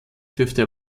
dürfte